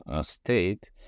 state